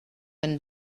when